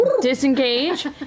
disengage